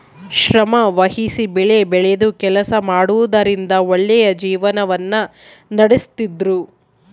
ಶ್ರಮವಹಿಸಿ ಬೆಳೆಬೆಳೆದು ಕೆಲಸ ಮಾಡುವುದರಿಂದ ಒಳ್ಳೆಯ ಜೀವನವನ್ನ ನಡಿಸ್ತಿದ್ರು